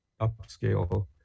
upscale